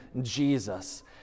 Jesus